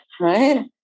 Right